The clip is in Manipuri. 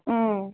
ꯎꯝ